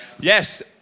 Yes